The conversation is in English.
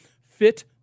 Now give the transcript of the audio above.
fit